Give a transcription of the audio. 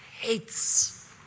hates